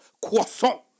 Croissant